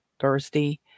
Thursday